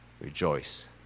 Rejoice